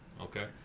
okay